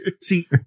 See